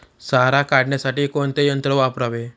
सारा काढण्यासाठी कोणते यंत्र वापरावे?